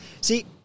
See